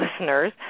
listeners